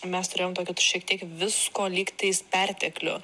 mes turėjom tokiį šiek tiek visko lygtais perteklių